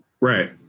Right